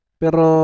pero